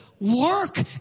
work